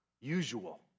usual